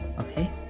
Okay